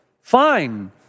Fine